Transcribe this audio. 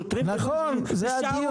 נכון, זה הדיון.